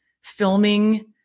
filming